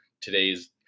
today's